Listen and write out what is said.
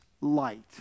light